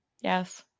Yes